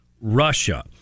Russia